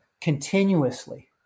continuously